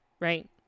Right